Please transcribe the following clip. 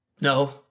No